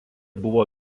buvo